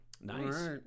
nice